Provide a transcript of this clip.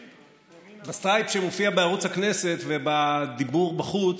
בסטריפ שמופיע בערוץ הכנסת ובדיבור בחוץ